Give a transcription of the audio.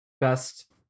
best